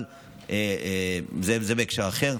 אבל זה בהקשר אחר.